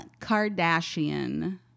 Kardashian